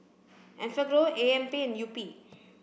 Enfagrow A M P and Yupi